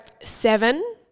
seven